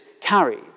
carried